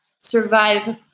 survive